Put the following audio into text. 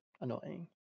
annoying